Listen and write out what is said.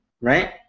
right